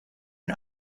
and